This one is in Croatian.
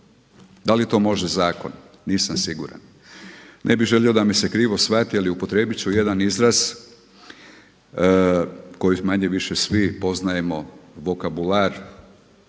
Da li to može zakon? Nisam siguran. Ne bih želio da me se krivo shvati ali upotrijebiti ću jedan izraz koji manje-više svi poznajemo vokabular,